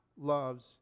loves